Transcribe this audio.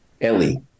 Ellie